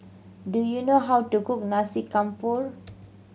do you know how to cook Nasi Campur